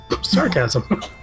sarcasm